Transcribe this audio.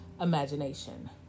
imagination